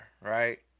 Right